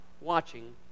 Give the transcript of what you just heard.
watching